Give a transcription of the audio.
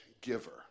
giver